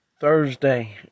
thursday